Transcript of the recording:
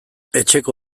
etxeko